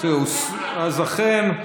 אכן,